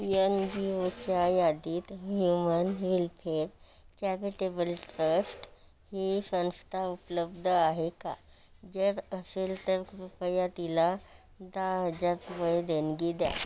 N G ओच्या यादीत human welfare charitable trust ही संस्था उपलब्ध आहे का जर असेल तर कृपया तिला दहा हजार रुपये देणगी द्या